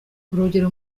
urugero